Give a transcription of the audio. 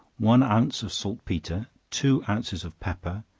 one ounce of saltpetre, two ounces of pepper,